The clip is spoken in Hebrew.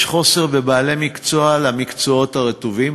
יש חוסר בבעלי מקצוע למקצועות הרטובים,